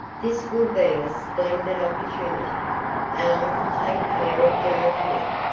this will be a splendid opportunity and i can take care of joe here,